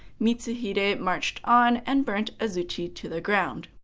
mitsuhide ah marched on and burnt azuchi to the ground.